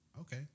Okay